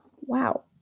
wow